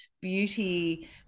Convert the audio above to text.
beauty